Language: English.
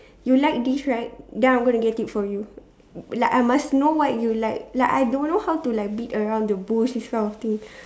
you like this right then I'm going to get it for you like I must know what you like like I don't know how to like beat around the bush this kind of thing